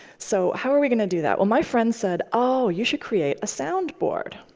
so how are we going to do that? well, my friends said, oh, you should create a soundboard.